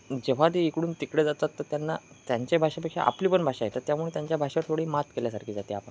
जेव्हा ते इकडून तिकडे जातात तर त्यांना त्यांचे भाषेपेक्षा आपली पण भाषा येतात त्यामुळे त्यांच्या भाषा थोडी मात केल्यासारखी जाते आपण